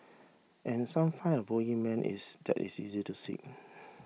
and some find a bogeyman is that is easy to seek